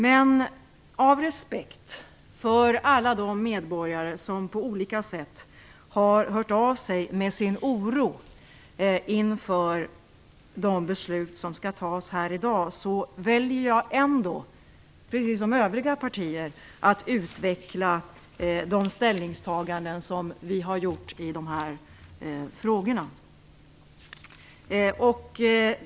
Av respekt för alla de medborgare som på olika sätt har hört av sig med sin oro inför de beslut som skall fattas här i dag väljer jag ändå, precis som övriga partiföreträdare, att utveckla de ställningstaganden som vi har gjort i dessa frågor.